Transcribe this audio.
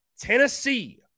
Tennessee